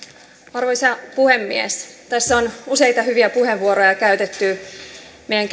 arvoisa puhemies tässä on useita hyviä puheenvuoroja käytetty meidän